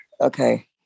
okay